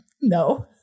No